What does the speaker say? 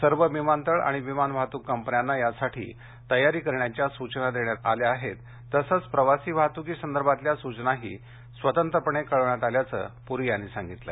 सर्व विमानतळ आणि विमान वाहतूक कंपन्यांना यासाठी तयारी करण्याच्या सूचना देण्यात आल्या आहेत तसंच प्रवासी वाहतूकीसंदर्भातल्या सूचनाही स्वतंत्रपणे कळवण्यात आल्याचं प्री यांनी सांगितलं